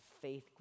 faith